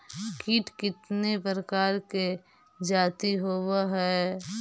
कीट कीतने प्रकार के जाती होबहय?